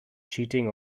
cheating